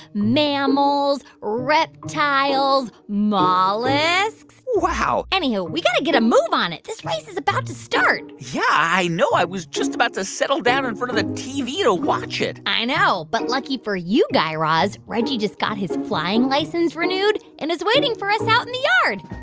mammals, reptiles, mollusks wow anywho, we got to get a move on it. this race is about to start yeah, i know. i was just about to settle down in front of the tv to watch it i know. but lucky for you, guy raz, reggie just got his flying license renewed and is waiting for us out in the yard.